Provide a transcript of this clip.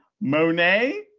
Monet